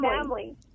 family